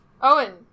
Owen